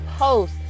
post